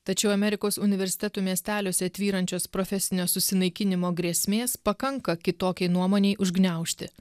tačiau amerikos universitetų miesteliuose tvyrančios profesinio susinaikinimo grėsmės pakanka kitokiai nuomonei užgniaužti